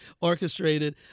orchestrated